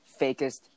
fakest